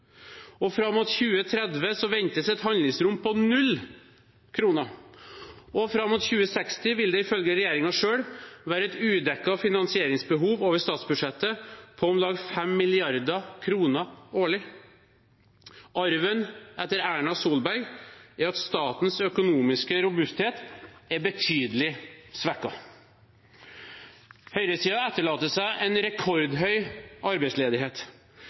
Fram mot 2030 ventes et handlingsrom på 0 kr., og fram mot 2060 vil det ifølge regjeringen selv være et udekket finansieringsbehov over statsbudsjettet på om lag 5 mrd. kr årlig. Arven etter Erna Solberg er at statens økonomiske robusthet er betydelig svekket. Høyresiden etterlater seg en rekordhøy arbeidsledighet.